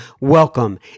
welcome